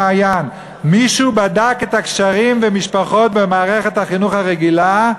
מישהו בדק את הקשרים והמשפחות במערכת החינוך הרגילה?